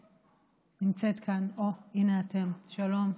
שנמצאת כאן, הינה אתם, שלום,